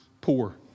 poor